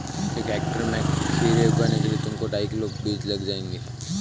एक हेक्टेयर में खीरे उगाने के लिए तुमको ढाई किलो बीज लग ही जाएंगे